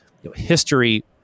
history